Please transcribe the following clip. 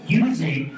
using